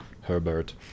Herbert